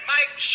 Mike